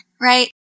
right